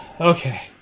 Okay